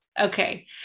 Okay